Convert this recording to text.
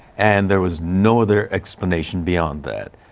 and there was no other explanation beyond that.